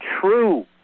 True